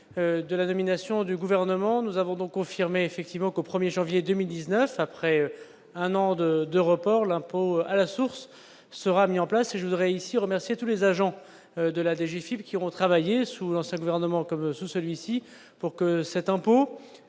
de la nomination du gouvernement, nous avons donc confirmer effectivement qu'au 1er janvier 2019 après un an de de report l'impôt à la source, sera mis en place et je voudrais ici remercier tous les agents de la DGSI qui ont travaillé sous l'ancien gouvernement comme celui-ci pour que cet impôt